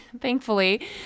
thankfully